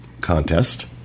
contest